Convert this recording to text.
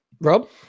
Rob